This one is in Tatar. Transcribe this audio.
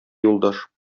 юлдаш